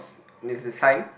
is the sign